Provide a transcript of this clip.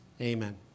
Amen